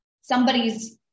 Somebody's